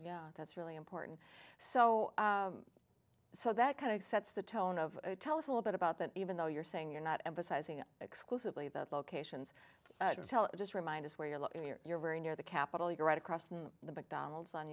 yeah that's really important so so that kind of sets the tone of tell us a little bit about that even though you're saying you're not emphasizing exclusively the locations or tell just remind us where you're looking your very near the capital you're right across from the mcdonald's on